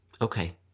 Okay